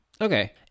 Okay